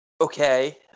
okay